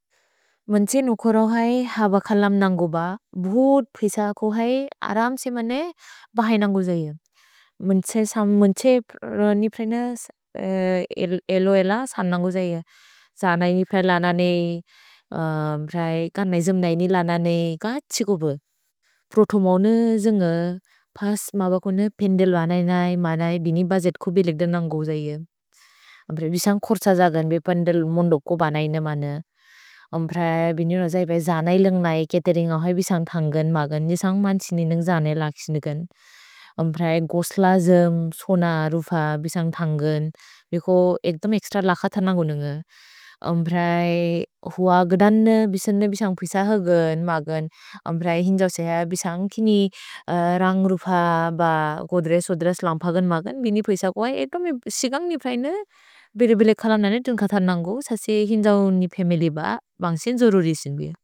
मुन् त्से नुकुरौ है हब खलम् नन्गु ब, भुत् पिस को है अरम् त्से मने बहै नन्गु जैअ। मुन् त्से निप्रेइन एलो एल सान् नन्गु जैअ। सान् नै निप्रे लन नेइ, प्रए क नै जेम् नै नेइ लन नेइ, क अछिको ब। प्रोथु मौने जुन्ग, पस् मबकुने पेन्देल् वनै नै, मनै दिनि बजेत् को बिलेक् दन् नन्गु जैअ। अम्प्रए बिशन्ग् खुर्त्स जगन्, बेपेन्देल् मोन्दोको बनै नमने। अम्प्रए बिनि रोजै बै जानै लेन्ग् नै, केतेरे न्ग होइ बिशन्ग् थन्गन्, मगन्। निसन्ग् मन्सिनि नन्ग् जानै लकिस्नेगन्। अम्प्रए गोस्ल जेम्, सोन रुफ, बिशन्ग् थन्गन्। भिको एक्तम् एक्स्त्र लकथन गुनुन्ग। अम्प्रए हुअ गदन्ने, बिशन्ने बिशन्ग् पिस हगन्, मगन्। अम्प्रए हिन्जौ सेह, बिशन्ग् किनि रन्ग् रुफ ब गोद्रे सोद्र स्लम्पगन्, मगन्। अम्प्रए बिनि बिशन्ग् वने, एक्तोमे सिगन्ग् निप्रैने, बिरे-बिले खल नने दुन्ग् कथर् नन्गु। ससि हिन्जौ निपे मेलेब, बन्ग्से जोरुरि सिन् बिअ।